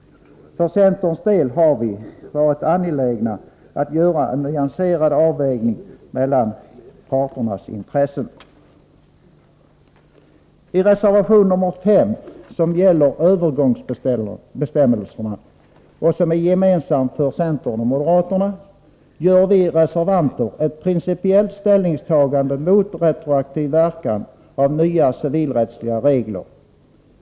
För centerns del har vi varit angelägna att göra en nyanserad avvägning mellan parternas intressen. I reservation nr 5, som gäller övergångsbestämmelserna och som är gemensam för centern och moderaterna, gör vi reservanter ett principiellt ställningstagande mot retroaktiv verkan av nya civilrättsliga regler.